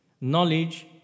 knowledge